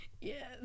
Yes